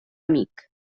amic